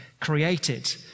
created